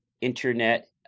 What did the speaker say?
internet